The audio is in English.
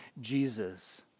Jesus